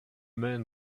man